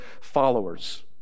followers